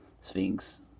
sphinx